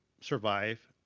survive